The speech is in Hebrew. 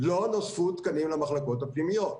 לא נוספו תקנים למחלקות הפנימיות.